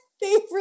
Favorite